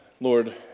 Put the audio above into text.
Lord